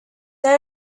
they